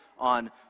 on